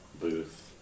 booth